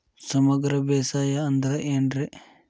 ಸಮಗ್ರ ಬೇಸಾಯ ಅಂದ್ರ ಏನ್ ರೇ?